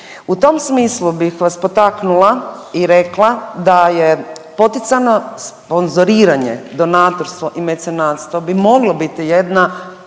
U tom smislu bih vas potaknula i rekla da je poticana sponzoriranje, donatorstvo i mecenarstvo bi moglo biti jedna